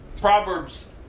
Proverbs